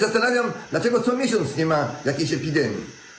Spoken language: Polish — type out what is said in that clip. Zastanawiam się, dlaczego co miesiąc nie ma jakiejś epidemii.